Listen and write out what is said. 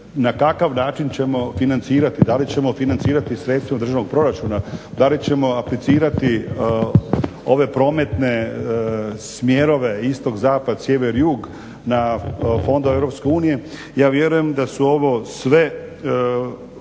na kakav način ćemo financirati, da li ćemo financirati sredstva od državnog proračuna, da li ćemo aplicirati ove prometne smjerove istok, zapad, sjever, jug na fondove Europske unije. Ja vjerujem da su ovo sve, ovi